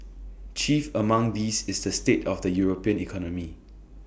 chief among these is the state of the european economy